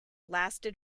lasted